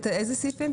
איזה סעיפים?